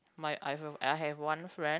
my I have a I have one friend